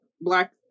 Black